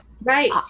Right